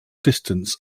distance